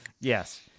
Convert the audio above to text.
Yes